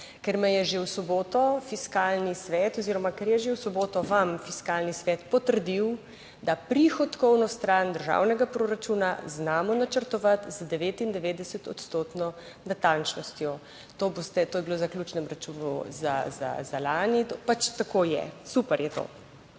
ker je že v soboto vam Fiskalni svet potrdil, da prihodkovno stran državnega proračuna znamo načrtovati z 99 odstotno natančnostjo. To boste, to je bilo v zaključnem računu za lani, pač tako je, super je to.